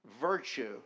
virtue